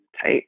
tight